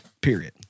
Period